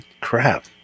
crap